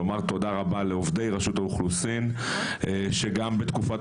לומר תודה רבה לעובדי רשות האוכלוסין שגם בתקופת